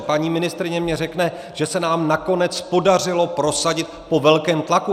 Paní ministryně mně řekne, že se nám nakonec podařilo prosadit, po velkém tlaku.